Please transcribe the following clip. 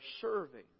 serving